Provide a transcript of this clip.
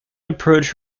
approach